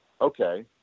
okay